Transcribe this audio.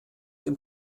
dem